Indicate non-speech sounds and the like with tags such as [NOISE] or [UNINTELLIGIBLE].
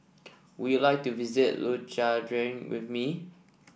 would you like to visit [UNINTELLIGIBLE] with me